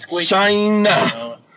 China